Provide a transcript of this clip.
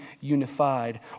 unified